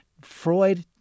Freud